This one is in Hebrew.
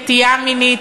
נטייה מינית,